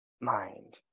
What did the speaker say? mind